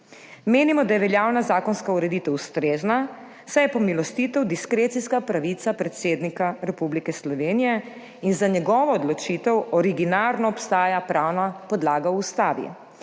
Menimo, da je veljavna zakonska ureditev ustrezna, saj je pomilostitev diskrecijska pravica predsednika Republike Slovenije in za njegovo odločitev originalno obstaja pravna podlaga v Ustavi.